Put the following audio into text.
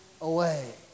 away